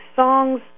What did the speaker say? songs